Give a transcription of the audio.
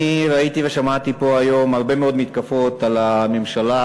אני ראיתי ושמעתי פה היום הרבה מאוד מתקפות על הממשלה,